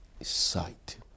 sight